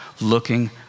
looking